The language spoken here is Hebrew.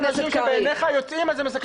יש אנשים שבעיניך יוצאים, אז הם מסכנים את הציבור.